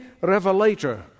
revelator